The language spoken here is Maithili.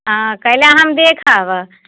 हँ कै ला हम देखब